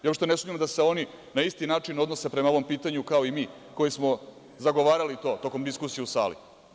Ja uopšte ne sumnjam da se oni na isti način odnose prema ovom pitanju kao i mi, koji smo zagovarali to tokom diskusije u sali.